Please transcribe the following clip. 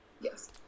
yes